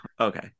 Okay